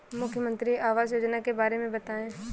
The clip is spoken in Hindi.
मुख्यमंत्री आवास योजना के बारे में बताए?